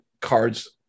cards